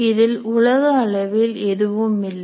இதில் உலக அளவில் எதுவும் இல்லை